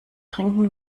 trinken